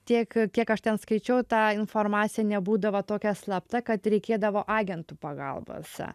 tiek kiek aš ten skaičiau ta informacija nebūdavo tokia slapta kad reikėdavo agentų pagalbos